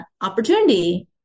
opportunity